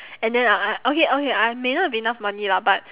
and then I I okay okay I may not have enough money lah but